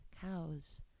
cows